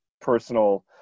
personal